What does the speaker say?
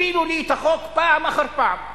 הפילו לי את החוק פעם אחר פעם.